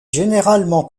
généralement